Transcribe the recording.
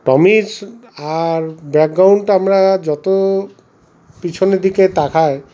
টমির আর ব্যাকগ্রাউন্ড আমরা যত পিছনের দিকে তাকাই